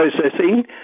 processing